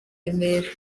remera